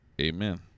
amen